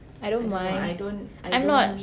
I don't mind I'm not